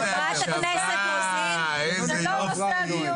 חברת הכנסת רוזין --- אנחנו שמים לב לפלורליזם.